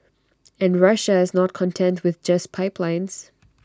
and Russia is not content with just pipelines